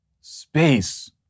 Space